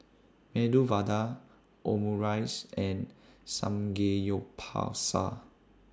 Medu Vada Omurice and Samgeyopsal